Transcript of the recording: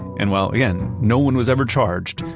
and while, again, no one was ever charged,